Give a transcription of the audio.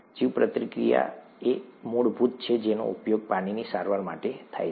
જીવપ્રતિક્રિયા એ મૂળભૂત છે જેનો ઉપયોગ પાણીની સારવાર માટે થાય છે